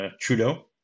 Trudeau